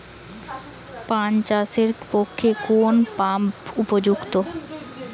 পান চাষের পক্ষে কোন পাম্প উপযুক্ত?